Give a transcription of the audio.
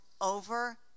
over